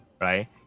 right